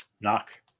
Knock